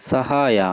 ಸಹಾಯ